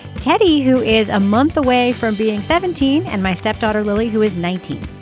teddy, who is a month away from being seventeen. and my stepdaughter lily, who is nineteen.